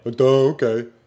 Okay